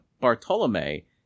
Bartolome